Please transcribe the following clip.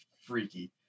freaky